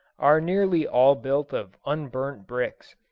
are nearly all built of unburnt bricks.